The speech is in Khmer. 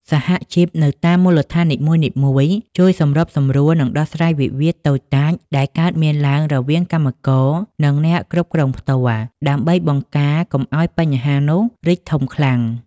សហជីពនៅតាមមូលដ្ឋាននីមួយៗ ជួយសម្របសម្រួល និងដោះស្រាយវិវាទតូចតាចដែលកើតមានឡើងរវាងកម្មករ និងអ្នកគ្រប់គ្រងផ្ទាល់ ដើម្បីបង្ការកុំឱ្យបញ្ហានោះរីកធំខ្លាំង។